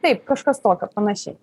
taip kažkas tokio panašiai